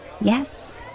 Yes